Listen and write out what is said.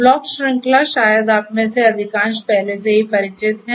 block श्रृंखला शायद आप में से अधिकांश पहले से ही परिचित हैं